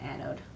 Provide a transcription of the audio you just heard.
anode